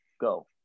Go